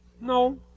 no